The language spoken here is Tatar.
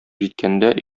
җиткәндә